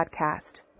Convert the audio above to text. podcast